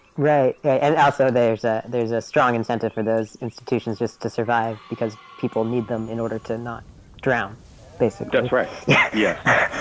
right, and also there's ah there's a strong incentive for those institutions just to survive because people need them in order to not drown basically. that's right, yeah yeah